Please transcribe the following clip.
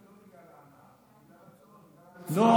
בגלל ההנאה, בגלל הצורך, בגלל, לא.